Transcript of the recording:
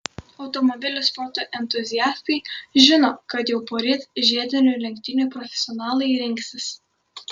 automobilių sporto entuziastai žino kad jau poryt žiedinių lenktynių profesionalai rinksis